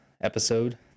episode